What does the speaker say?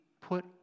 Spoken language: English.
put